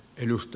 kiitos